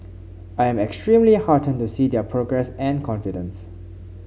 I am extremely heartened to see their progress and confidence